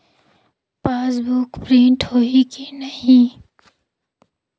Passbook print होही कि नहीं?